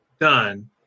done